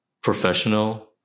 professional